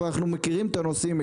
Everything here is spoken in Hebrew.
אבל אנחנו מכירים את הנושאים,